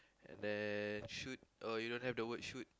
and then shoot oh you don't have the word shoot